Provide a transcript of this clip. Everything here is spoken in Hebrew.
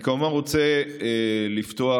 אני כמובן רוצה לפתוח,